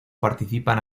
participan